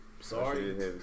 Sorry